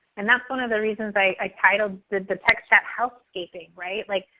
and that's one of the reasons i titled the text chat healthscaping, right? like,